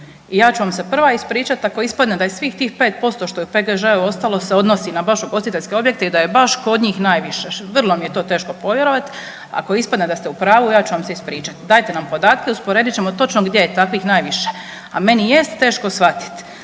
Ja ću vam se prva ispričati, ako ispadne da je svih tih 5% što je u PGŽ-u ostalo se odnosi na baš ugostiteljske objekte, i da je baš kod njih najviše, vrlo mi je to teško povjerovati, ako ispadne da ste u pravu, ja ću vam se ispričati. Dajte nam podatke, usporedit ćemo točno gdje je takvih najviše, a meni jeste teško shvatiti